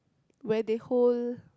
where they hold